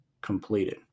completed